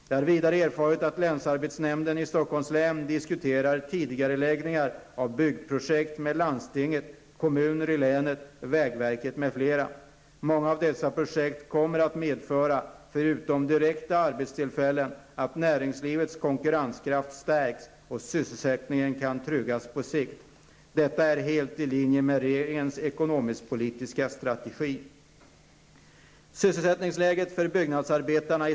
Jag har vidare erfarit att länsarbetsnämnden i Stockholms län diskuterar tidigareläggningar av byggprojekt med landstinget, kommuner i länet, vägverket m.fl. Många av dessa projekt kommer att medföra -- förutom direkta arbetstillfällen -- att näringslivets konkurrenskraft stärks och sysselsättningen kan tryggas på sikt. Detta är helt i linje med regeringens ekonomiskpolitiska strategi.